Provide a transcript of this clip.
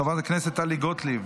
חברת הכנסת טלי גוטליב,